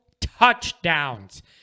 touchdowns